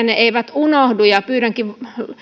ne eivät unohdu ja pyydänkin teitä